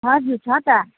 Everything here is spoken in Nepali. हजुर छ त